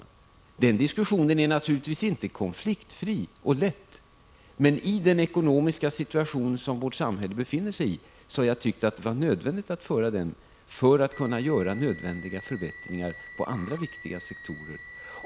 En sådan diskussion är naturligtvis inte konfliktfri och lätt, men i den ekonomiska situation som vårt samhälle befinner sig i har jag tyckt det vara nödvändigt att föra den diskussionen för att kunna göra nödvändiga förbättringar inom andra viktiga sektorer.